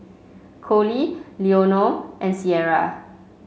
Colie Leonore and Ciera